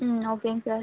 ம் ஓகேங்க சார்